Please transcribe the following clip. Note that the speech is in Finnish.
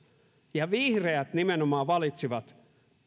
ja vihreät nimenomaan valitsivat